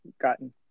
gotten